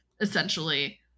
essentially